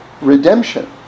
redemption